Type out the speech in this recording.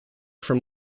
from